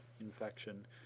infection